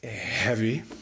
heavy